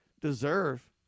deserve